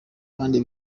kandi